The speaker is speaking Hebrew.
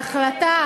בהחלטה